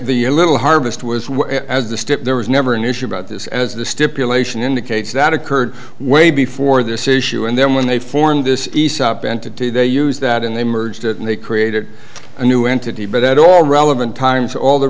the little harvest was as a step there was never an issue about this as the stipulation indicates that occurred way before this issue and then when they formed this aesop and to do they use that and they merged it and they created a new entity but at all relevant times all the